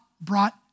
brought